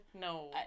no